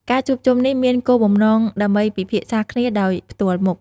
ការជួបជុំនេះមានគោលបំណងដើម្បីពិភាក្សាគ្នាដោយផ្ទាល់មុខ។